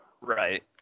Right